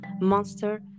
monster